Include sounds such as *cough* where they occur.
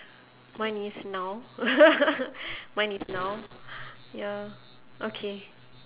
mine is now *laughs* mine is now ya okay